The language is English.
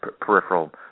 peripheral